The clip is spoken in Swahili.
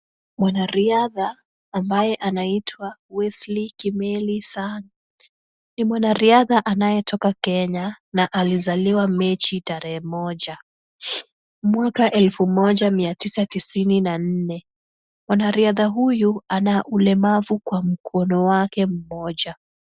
Mwanariadha ambaye anaitwa Wesley Kimeli Sang, ni mwanariadha anayetoka Kenya na alizaliwa Machi tarehe moja, mwaka elfu moja mia tisa tisini na nne. Mwanariadha huyu ana ulemavu kwa mkono wake moja.